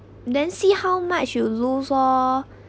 then see how much you lose lor